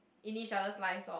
in each other's lives lor